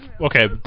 Okay